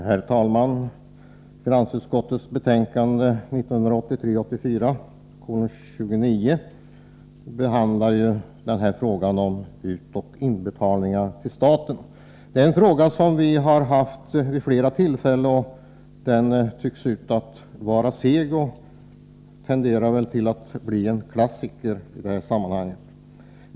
Herr talman! Finansutskottets betänkande 1983/84:29 behandlar frågan om betalningar till och från staten. Det är en fråga som vi har haft uppe vid flera tillfällen. Den tycks vara seg och tenderar att bli en klassiker.